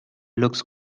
looks